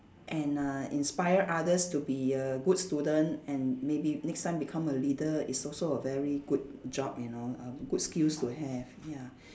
and uh inspire others to be a good student and maybe next time become a leader is also a very good job you know uh good skills to have ya